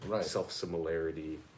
self-similarity